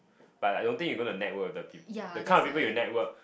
but I don't think you gonna network with the peo~ the kind of people you network